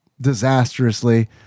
disastrously